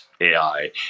AI